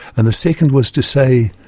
and the second was to say,